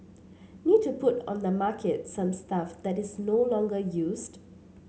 need to put on the market some stuff that is no longer used